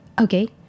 Okay